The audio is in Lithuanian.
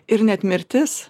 ir net mirtis